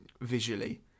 visually